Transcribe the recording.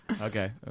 Okay